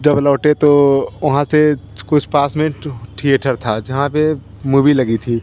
जब लौटे तो वहाँ से कुछ पास में थिएटर था जहाँ पर मुभी लगी थी